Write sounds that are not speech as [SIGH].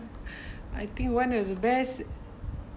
[BREATH] I think one is the best